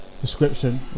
description